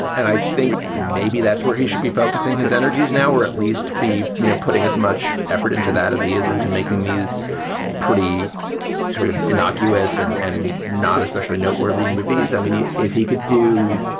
and i think maybe that's where he should be focusing his energies now or at least be you know putting as much effort into that as he is into making news pretty sort of innocuous and and not especially noteworthy in movies. i mean, if he could do,